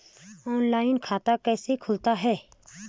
Online खाता कैसे खुलता है?